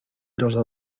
llosa